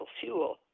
fuel